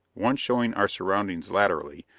one showing our surroundings laterally,